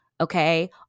okay